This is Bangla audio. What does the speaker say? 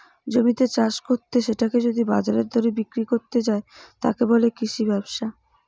জমিতে চাষ কত্তে সেটাকে যদি বাজারের দরে বিক্রি কত্তে যায়, তাকে বলে কৃষি ব্যবসা